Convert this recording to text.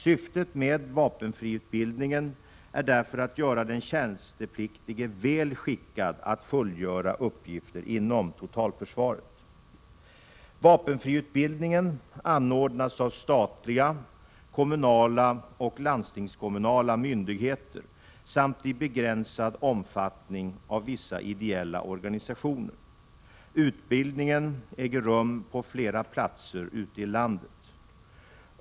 Syftet med vapenfriutbildningen är därför att göra den tjänstepliktige väl skickad att fullgöra uppgifter inom totalförsvaret. Vapenfriutbildningen anordnas av statliga, kommunala och landstingskommunala myndigheter samt i begränsad omfattning av vissa ideella organisationer. Utbildningen äger rum på flera platser ute i landet.